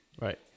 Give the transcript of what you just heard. Right